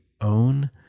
own